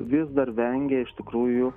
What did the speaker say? vis dar vengia iš tikrųjų